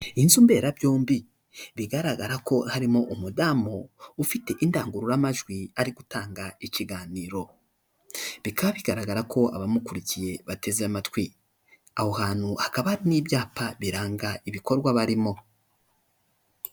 Inzu mberabyombi bigaragara ko harimo umudamu ufite indangururamajwi ari gutanga ikiganiro, bikaba bigaragara ko abamukurikiye bateze amatwi, aho hantu hakaba hari n'ibyapa biranga ibikorwa barimo.